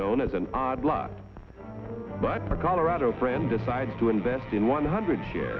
known as an odd lot but a colorado friend decided to invest in one hundred shares